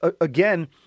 again